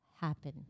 happen